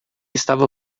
estava